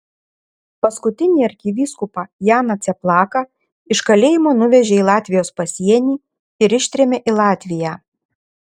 paskutinį arkivyskupą janą cieplaką iš kalėjimo nuvežė į latvijos pasienį ir ištrėmė į latviją